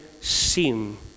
seem